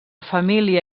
família